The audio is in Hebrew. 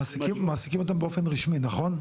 מעסיקים אותם באופן רשמי, נכון?